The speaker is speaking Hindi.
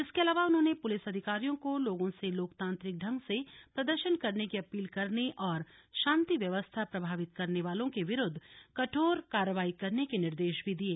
इसके अलावा उन्होंने पुलिस अधिकारियों को लोगों से लोकतांत्रिक ढंग से प्रदर्शन करने की अपील करने और शान्ति व्यवस्था प्रभावित करने वालों के विरुद्व कठोर कार्रवाई करने के निर्देश भी दिये